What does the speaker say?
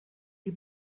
die